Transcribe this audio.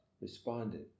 responded